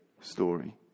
story